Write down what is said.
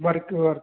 work work